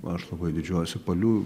aš labai didžiuojuosi paliu